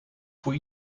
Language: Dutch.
voor